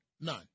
none